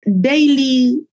daily